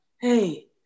Hey